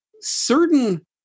certain